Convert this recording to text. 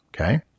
okay